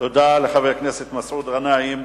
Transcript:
תודה לחבר הכנסת מסעוד גנאים.